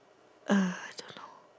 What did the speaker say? I don't know